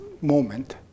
moment